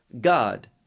God